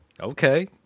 Okay